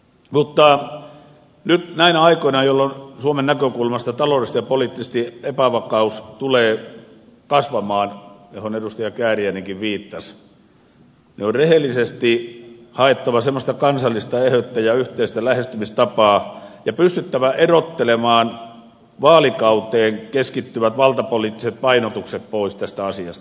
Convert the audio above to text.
mutta nyt näinä aikoina jolloin suomen näkökulmasta taloudellisesti ja poliittisesti epävakaus tulee kasvamaan mihin edustaja kääriäinenkin viittasi on rehellisesti haettava semmoista kansallista eheyttä ja yhteistä lähestymistapaa ja pystyttävä erottelemaan vaalikauteen keskittyvät valtapoliittiset painotukset pois tästä asiasta